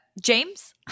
James